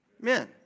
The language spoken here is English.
men